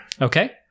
Okay